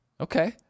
Okay